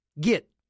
Get